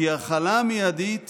-- כי החלה מיידית